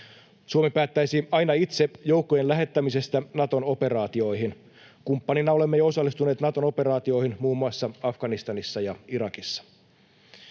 Suomi päättäisi aina itse joukkojen lähettämisestä Naton operaatioihin. Kumppanina olemme jo osallistuneet Naton operaatioihin, muun muassa Afganistanissa ja Irakissa.